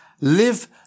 live